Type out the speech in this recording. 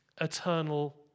eternal